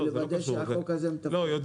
לא, זה לא קשור.